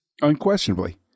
Unquestionably